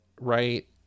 right